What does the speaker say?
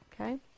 okay